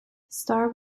star